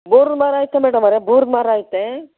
bore ಮರ ಐತ ಮೇಡಮ್ಮೋರೆ ಬೋರು ಮರ ಐತೆ